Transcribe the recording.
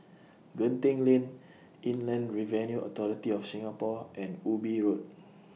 Genting Lane Inland Revenue Authority of Singapore and Ubi Road